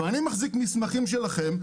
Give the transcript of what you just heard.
ואני מחזיק מסמכים שלכם,